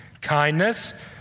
kindness